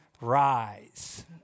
rise